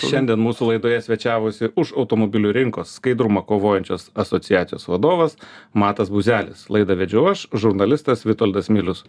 šiandien mūsų laidoje svečiavosi už automobilių rinkos skaidrumą kovojančios asociacijos vadovas matas buzelis laidą vedžiau aš žurnalistas vitoldas milius